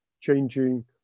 changing